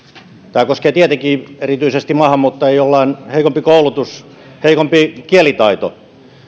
tämä koskee tietenkin erityisesti maahanmuuttajia joilla on heikompi koulutus heikompi kielitaito